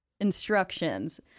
instructions